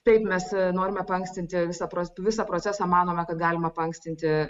taip mes norime paankstinti visą pro visą procesą manome kad galima paankstinti